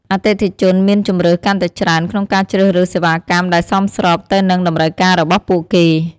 អតិថិជនមានជម្រើសកាន់តែច្រើនក្នុងការជ្រើសរើសសេវាកម្មដែលសមស្របទៅនឹងតម្រូវការរបស់ពួកគេ។